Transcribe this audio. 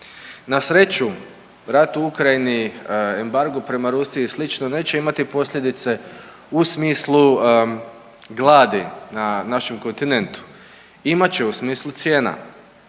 Na sreću, rat u Ukrajini, embargo prema Rusiji i sl. neće imati posljedice u smislu gladi na našem kontinentu. Imat će u smislu cijena,